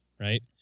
right